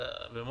ועם